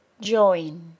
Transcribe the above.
JOIN